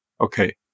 okay